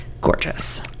Gorgeous